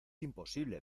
imposible